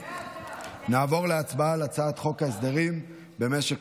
נעבור להצבעה על הצעת חוק ההסדרים במשק